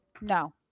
No